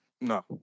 No